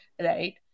right